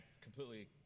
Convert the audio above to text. completely